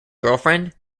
girlfriend